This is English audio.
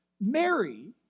Mary